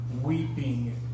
weeping